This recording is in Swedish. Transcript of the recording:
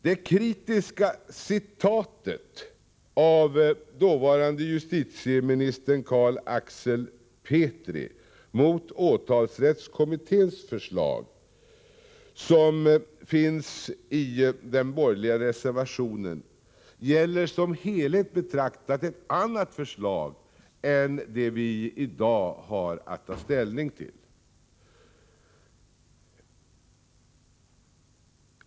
Det citat av dåvarande justitieministern Carl Axel Petris kritiska uttalande mot åtalsrättskommitténs förslag, vilket finns i den borgerliga reservationen, gäller som helhet betraktat ett annat förslag än det vi i dag har att ta ställning till.